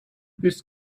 this